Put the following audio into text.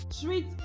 treat